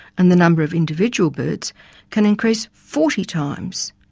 and the number of individual birds can increase forty times.